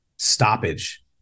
stoppage